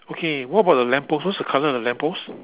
okay what about the lamppost what's the colour of the lamppost